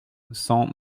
cent